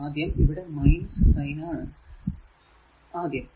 ആദ്യം ഇവിടെ സൈൻ ആണ് ആദ്യം